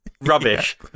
Rubbish